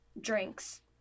drinks